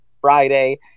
Friday